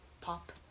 pop